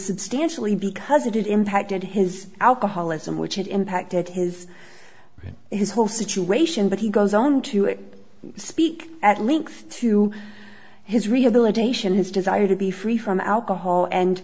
substantially because it impacted his alcoholism which had impacted his his whole situation but he goes on to it speak at length to his rehabilitation his desire to be free from alcohol and